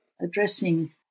addressing